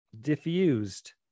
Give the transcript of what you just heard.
diffused